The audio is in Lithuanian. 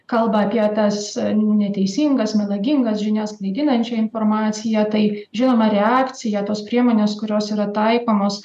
kalba apie tas neteisingas melagingas žinias klaidinančią informaciją tai žinoma reakcija tos priemonės kurios yra taikomos